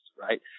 right